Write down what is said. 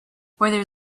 where